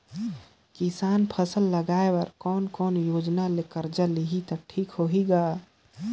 किसान फसल लगाय बर कोने कोने योजना ले कर्जा लिही त ठीक होही ग?